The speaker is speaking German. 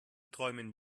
träumen